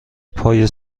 پای